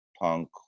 punk